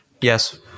Yes